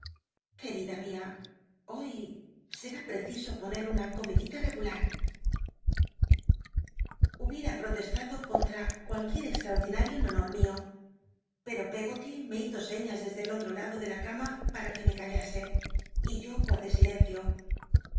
qucl'ida mia hoy será preciso ponct una comidita cgular llubieta protestado contra cualquier extmonlinario en honot mio pcto peggoty me hizo sciías desde el otro lado de la ca ma para qne me callase y yo guardé